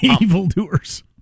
Evildoers